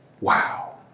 Wow